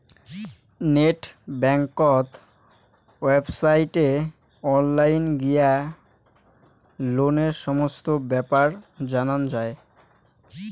net বেংকত ওয়েবসাইটে online গিয়ে লোনের সমস্ত বেপার জানা যাই